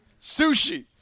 Sushi